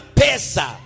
pesa